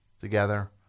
together